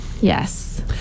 Yes